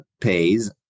pays